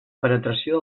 penetració